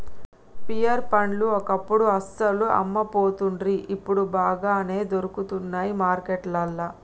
pear పండ్లు ఒకప్పుడు అస్సలు అమ్మపోతుండ్రి ఇప్పుడు బాగానే దొరుకుతానయ్ మార్కెట్లల్లా